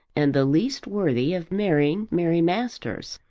and the least worthy of marrying mary masters.